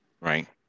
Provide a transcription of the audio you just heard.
right